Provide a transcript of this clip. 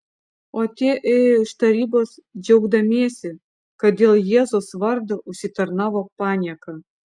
o tie ėjo iš tarybos džiaugdamiesi kad dėl jėzaus vardo užsitarnavo panieką